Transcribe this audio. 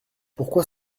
pourquoi